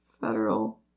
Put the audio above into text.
Federal